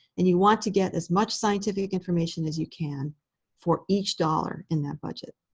and you want to get as much scientific information as you can for each dollar in that budget.